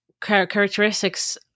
characteristics